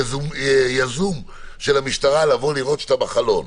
יזום של המשטרה לבוא לראות שאתה בחלון.